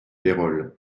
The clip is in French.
pérols